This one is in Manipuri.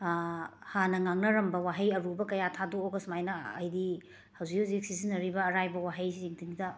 ꯍꯥꯟꯅ ꯉꯥꯡꯅꯔꯝꯕ ꯋꯥꯍꯩ ꯑꯔꯨꯕ ꯀꯌꯥ ꯊꯥꯗꯣꯛꯑꯒ ꯁꯨꯃꯥꯏꯅ ꯍꯥꯏꯗꯤ ꯍꯧꯖꯤꯛ ꯍꯧꯖꯤꯛ ꯁꯤꯖꯤꯟꯅꯔꯤꯕ ꯑꯔꯥꯏꯕ ꯋꯥꯍꯩꯁꯤꯡꯁꯤꯗ